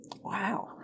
Wow